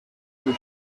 too